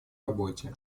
работе